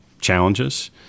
challenges